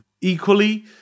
Equally